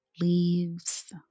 Leaves